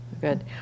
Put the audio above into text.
Good